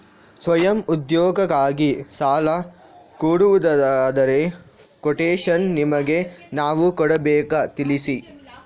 ಸ್ವಯಂ ಉದ್ಯೋಗಕ್ಕಾಗಿ ಸಾಲ ಕೊಡುವುದಾದರೆ ಕೊಟೇಶನ್ ನಿಮಗೆ ನಾವು ಕೊಡಬೇಕಾ ತಿಳಿಸಿ?